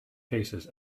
paces